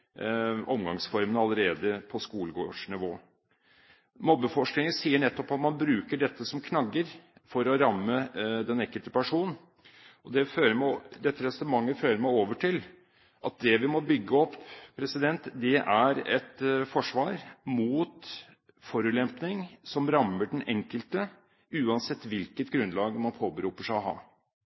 omgangsformene allerede på skolegårdsnivå. Mobbeforskningen sier nettopp at man bruker dette som knagger for å ramme den enkelte person. Dette resonnementet fører meg over til at det vi må bygge opp, er et forsvar mot forulempning som rammer den enkelte, uansett hvilket grunnlag man påberoper seg å ha.